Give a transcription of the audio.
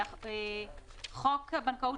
חוק הבנקאות,